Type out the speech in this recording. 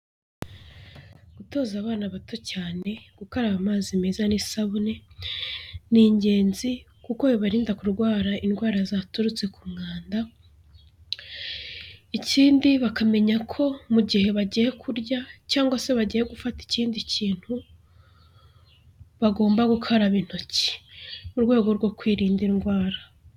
Gutoza abana bato cyane gukaraba amazi meza n'isabune, ni ingenzi kuko bibarinda kurwara indwara zaturutse ku mwanda, ikindi bakamenya ko mu gihe bagiye kurya cyangwa se bagiye gufata ikindi kintu, bagomba gukaraba intoki mu rwego rwo kwirinda indwara.